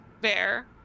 bear